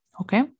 Okay